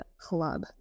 club